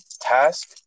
task